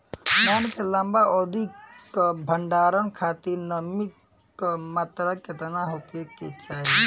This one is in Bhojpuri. धान के लंबा अवधि क भंडारण खातिर नमी क मात्रा केतना होके के चाही?